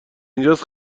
اینجاس